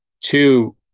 two